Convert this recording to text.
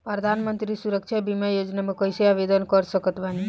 प्रधानमंत्री सुरक्षा बीमा योजना मे कैसे आवेदन कर सकत बानी?